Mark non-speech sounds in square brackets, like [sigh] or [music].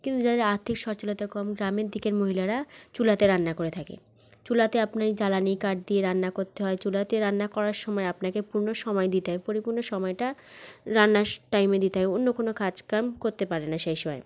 কিন্তু যাদের আর্থিক সচ্ছলতা কম গ্রামের দিকের মহিলারা চুলাতে রান্না করে থাকে চুলাতে আপনি জ্বালানি কাঠ দিয়ে রান্না করতে হয় চুলাতে রান্না করার সময় আপনাকে পূর্ণ সময় দিতে হয় পরিপূর্ণ সময়টা রান্নার স [unintelligible] টাইমে দিতে হয় অন্য কোনো কাজকাম করতে পারে না সেই সময়